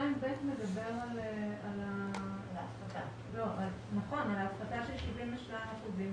2(ב) מדבר על ההפחתה של 72 אחוזים.